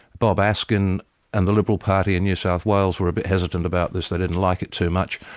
bob askin and the liberal party in new south wales were a bit hesitant about this, they didn't like it too much,